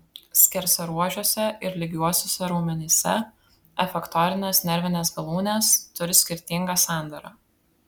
skersaruožiuose ir lygiuosiuose raumenyse efektorinės nervinės galūnės turi skirtingą sandarą